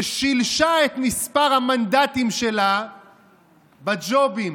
ששילשה את מספר המנדטים שלה בג'ובים.